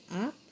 up